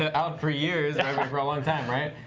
ah out for years and um for a long time, right?